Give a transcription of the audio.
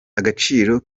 agaciro